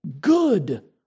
good